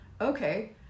Okay